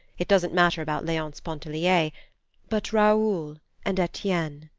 it doesn't matter about leonce pontellier but raoul and etienne!